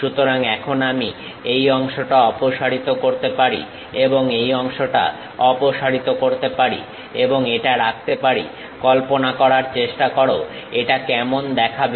সুতরাং এখন আমি এই অংশটা অপসারিত করতে পারি এবং এই অংশটা অপসারিত করতে পারি এবং এটা রাখতে পারি কল্পনা করার চেষ্টা করো এটা কেমন দেখাবে